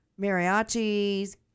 mariachis